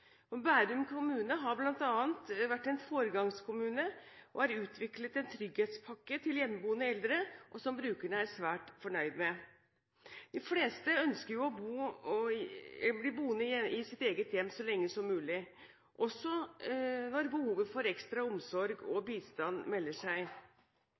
området. Bærum kommune har bl.a. vært en foregangskommune og har utviklet en trygghetspakke til hjemmeboende eldre som brukerne er svært fornøyd med. De fleste ønsker jo å bli boende i sitt eget hjem så lenge som mulig, også når behovet for ekstra omsorg og bistand melder seg,